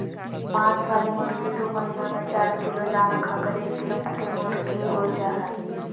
मांस वाली मुर्गी दू महीना में चार किलो दाना खाकर एक किलो केमुर्गीहो जा हइ